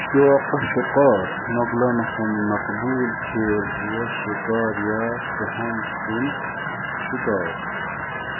شوقا شِكار مۄغلَن ہُند مقبوٗل کھیل اوس شِکار یا سٕہَن سُنٛد شِکار